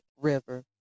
River